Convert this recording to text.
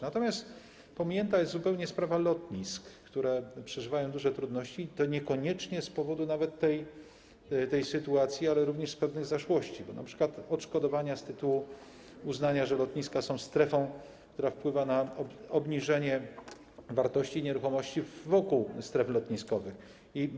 Natomiast pominięta jest zupełnie sprawa lotnisk, które przeżywają duże trudności, i to niekoniecznie nawet z powodu tej sytuacji, ale również z powodu pewnych zaszłości, chodzi np. o odszkodowania z tytułu uznania, że lotniska są strefą, która wpływa na obniżenie wartości nieruchomości wokół strefy lotniskowej.